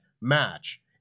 match